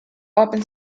open